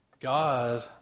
God